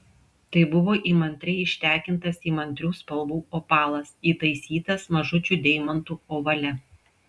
tai buvo įmantriai ištekintas įmantrių spalvų opalas įtaisytas mažučių deimantų ovale